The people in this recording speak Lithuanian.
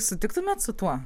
sutiktumėt su tuo